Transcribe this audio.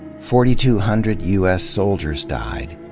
forty-two hundred u s. soldiers died.